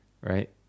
right